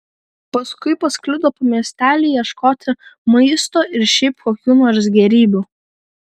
paskui pasklido po miestelį ieškoti maisto ir šiaip kokių nors gėrybių